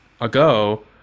ago